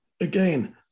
again